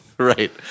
Right